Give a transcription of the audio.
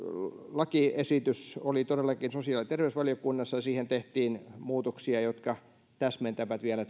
lakiesitys oli todellakin sosiaali ja terveysvaliokunnassa ja siihen tehtiin muutoksia jotka vielä